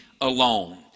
alone